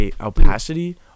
Opacity